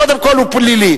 קודם כול, הוא פלילי.